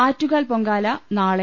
ആറ്റുകാൽ പൊങ്കാല നാളെ